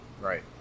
Right